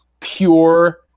pure